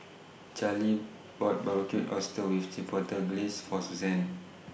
Charly bought Barbecued Oysters with Chipotle Glaze For Suzanne